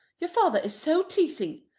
your father is so teasing.